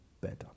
better